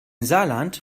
saarland